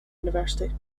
university